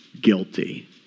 guilty